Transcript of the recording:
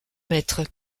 maître